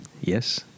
Yes